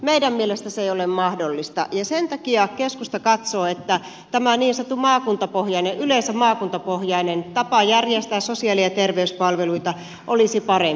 meidän mielestämme se ei ole mahdollista ja sen takia keskusta katsoo että tämä niin sanottu maakuntapohjainen yleensä maakuntapohjainen tapa järjestää sosiaali ja terveyspalveluita olisi parempi